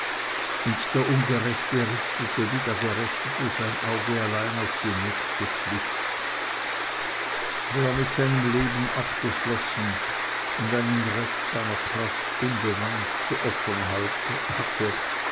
und der ungerechte richtete wie der gerechte sein auge allein auf die nächste pflicht wer mit seinem leben abgeschlossen und einen rest seiner kraft unbeweint zu opfern hatte